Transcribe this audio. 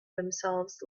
themselves